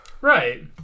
Right